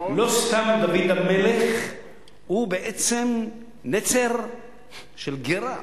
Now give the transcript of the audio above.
לא סתם דוד המלך הוא בעצם נצר של גרה.